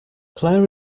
claire